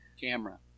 camera